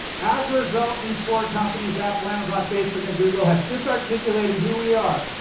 as a result, these four companies apple, amazon, facebook and google have disarticulated who we are.